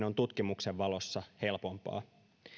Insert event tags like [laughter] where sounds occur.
[unintelligible] on tutkimuksen valossa helpompaa